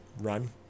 run